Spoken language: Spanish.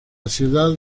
ciudad